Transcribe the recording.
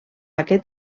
aquest